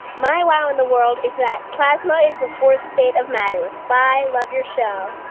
my wow in the world is that plasma is the fourth state of matter. bye. love your show